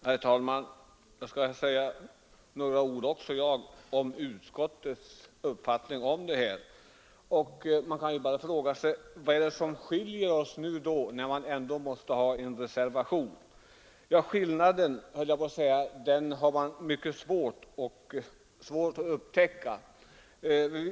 Herr talman! Också jag skall säga några ord, men om utskottets uppfattning. Man kan fråga sig: Vad är det som skiljer oss när det nu finns en reservation? Ja, den skillnaden har man mycket svårt att upptäcka.